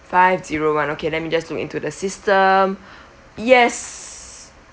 five zero one okay let me just look into the system yes